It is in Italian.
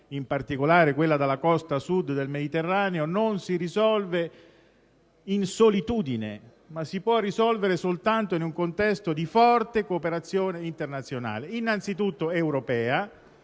in particolare quella dalla costa Sud del Mediterraneo, non si risolve in solitudine ma soltanto in un contesto di forte cooperazione internazionale, innanzitutto europea.